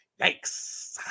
yikes